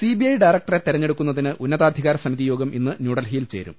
CBI ഡയറക്ടറെ തെരഞ്ഞെടുക്കുന്നതിന് ഉന്നതാധി കാര സമിതിയോഗം ഇന്ന് ന്യൂഡൽഹിയിൽ ചേരും